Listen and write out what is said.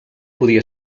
podia